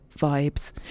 vibes